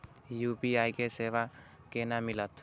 UPI के सेवा केना मिलत?